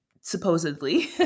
supposedly